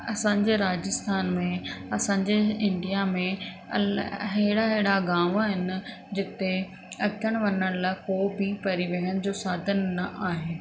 असांजे राजस्थान में असांजे इंडिया में अलाए अहिड़ा अहिड़ा गाम आहिनि जिते अचण वञण लाइ को बि परिवहन जो साधन न आहे